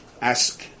Ask